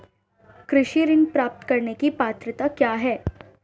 कृषि ऋण प्राप्त करने की पात्रता क्या है?